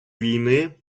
війни